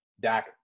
Dak